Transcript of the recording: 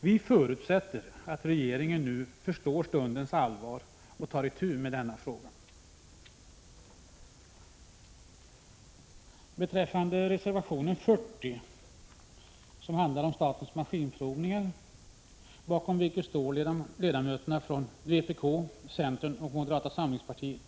Vi förutsätter att regeringen nu förstår stundens allvar och tar itu med denna fråga. Bakom reservation 40, som handlar om statens maskinprovningar, står ledamöterna från vpk, centern och moderata samlingspartiet.